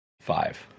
Five